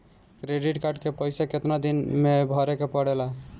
Credit card के पइसा कितना दिन में भरे के पड़ेला?